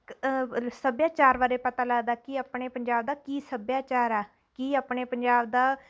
ਸੱਭਿਆਚਾਰ ਬਾਰੇ ਪਤਾ ਲੱਗਦਾ ਕਿ ਆਪਣੇ ਪੰਜਾਬ ਦਾ ਕੀ ਸੱਭਿਆਚਾਰ ਆ ਕੀ ਆਪਣੇ ਪੰਜਾਬ ਦਾ